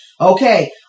Okay